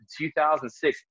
2006